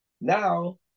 now